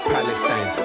Palestine